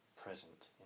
present